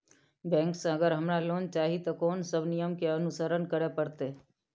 Bank से अगर हमरा लोन चाही ते कोन सब नियम के अनुसरण करे परतै?